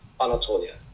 Anatolia